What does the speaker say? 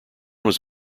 was